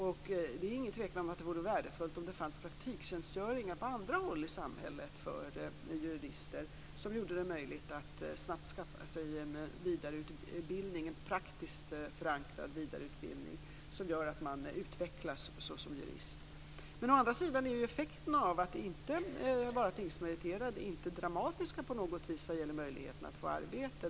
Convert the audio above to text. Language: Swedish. Och det är ingen tvekan om att det vore värdefullt om det fanns praktiktjänstgöring på andra håll i samhället för jurister som gjorde det möjligt att snabbt skaffa sig en praktiskt förankrad vidareutbildning som gör att man utvecklas såsom jurist. Å andra sidan är effekten av att inte vara tingsmeriterad inte dramatisk på något vis vad gäller möjligheten att få arbete.